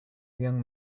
young